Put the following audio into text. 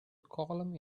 column